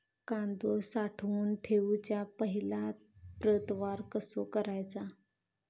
कांदो साठवून ठेवुच्या पहिला प्रतवार कसो करायचा?